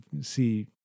see